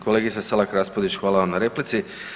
Kolegice Selak Raspudić, hvala vam na replici.